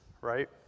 right